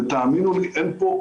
ותאמינו לי אין פה,